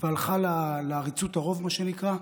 והלכה לעריצות הרוב, מה שנקרא,